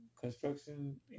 construction